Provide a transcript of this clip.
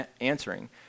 answering